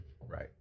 right